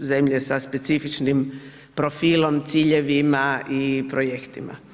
zemlje sa specifičnim profilom, ciljevima i projektima.